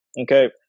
Okay